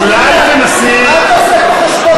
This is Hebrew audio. תתייחס לחוק.